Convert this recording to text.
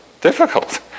difficult